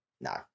no